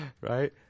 right